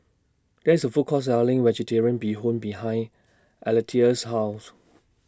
There IS A Food Court Selling Vegetarian Bee Hoon behind Alethea's House